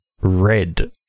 red